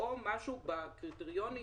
או משהו בקריטריונים